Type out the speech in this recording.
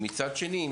מצד שני,